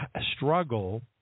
struggle